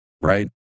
Right